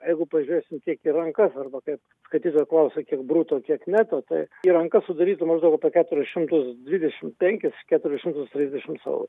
jeigu pažiūrėsim kiek į rankas arba kaip skaitytoja klausia kiek bruto kiek neto tai į rankas sudarytų maždaug apie keturis šimtus dvidešim penkis keturis šimtus trisdešims eu